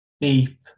Deep